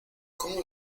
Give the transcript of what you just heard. cómo